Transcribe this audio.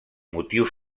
motius